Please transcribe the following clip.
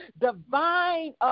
divine